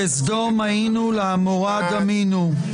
כסדום היינו, לעמורה דמינו.